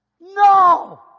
No